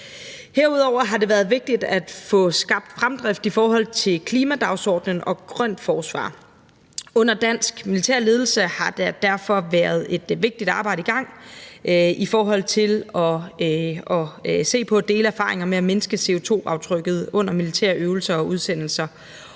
Herudover har det været vigtigt at få skabt fremdrift i forhold til klimadagsordenen og grønt forsvar. Under dansk militær ledelse har der derfor været et vigtigt arbejde i gang med at se på og dele erfaringer med at mindske CO2-aftrykket under militærøvelser og udsendelser.